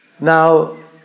now